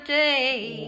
day